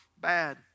bad